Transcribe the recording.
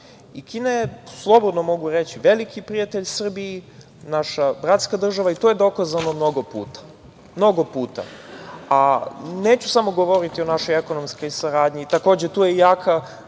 je, slobodno mogu reći, veliki prijatelj Srbiji, naša bratska država i to je dokazano mnogo puta, a neću samo govoriti o našoj ekonomskoj saradnji. Takođe, tu je i jako